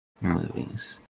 movies